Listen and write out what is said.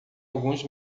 alguns